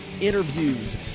interviews